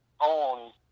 own